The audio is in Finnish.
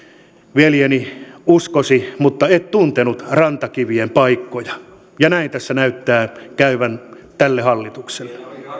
veljeni uskosi mutta et tuntenut rantakivien paikkoja ja näin tässä näyttää käyvän tälle hallitukselle